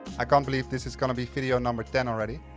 i can't believe this is gonna be video number ten already.